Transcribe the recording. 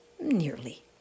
nearly